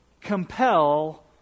compel